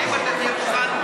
האם אתה תהיה מוכן,